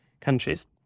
countries